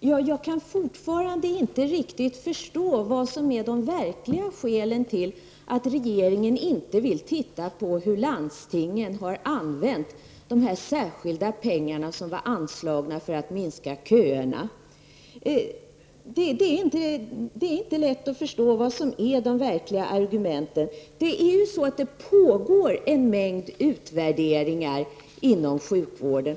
Jag kan fortfarande inte riktigt förstå vad som är det verkliga skälet till att regeringen inte vill titta på hur landstingen har använt de särskilda pengarna som var anslagna för att minska köerna. Det är inte lätt att förstå vad som är de verkliga argumenten. Det pågår en mängd utvärderingar inom sjukvården.